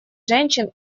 женщин